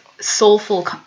soulful